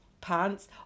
pants